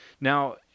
Now